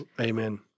Amen